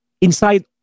inside